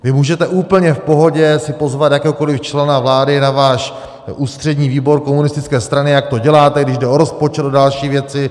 Vy můžete úplně v pohodě si pozvat jakéhokoli člena vlády na váš ústřední výbor komunistické strany, jak to děláte, když jde o rozpočet a další věci.